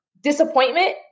disappointment